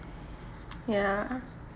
ya